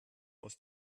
aus